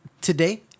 today